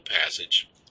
passage